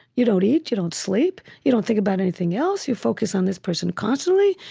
you don't eat. you don't sleep. you don't think about anything else you focus on this person constantly.